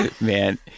Man